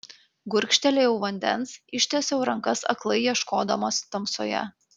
gurkštelėjau vandens ištiesiau rankas aklai ieškodamas tamsoje